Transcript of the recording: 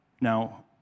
Now